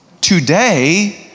today